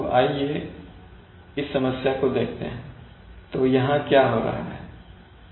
तो आइए इस समस्या को देखते हैं तो यहां क्या हो रहा है